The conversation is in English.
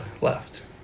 left